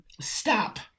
Stop